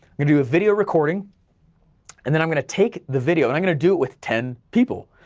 gonna do a video recording and then i'm gonna take the video, and i'm gonna do it with ten people,